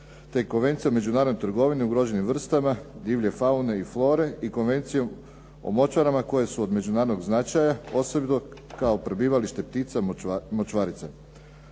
te konvencijom međunarodne trgovine ugroženim vrstama, divlje faune i flore i konvencijom o močvarama koje su od međunarodnog značaja posebno kao prebivalište ptica močvarica.